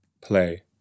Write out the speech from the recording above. play